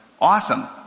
Awesome